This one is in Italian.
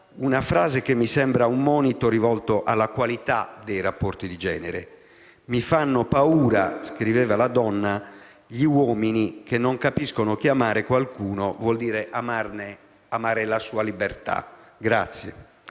una frase che mi sembra un monito rivolto alla qualità dei rapporti di genere: «Mi fanno paura» -scriveva la donna - «gli uomini che non capiscono che amare qualcuno vuol dire amare la sua libertà».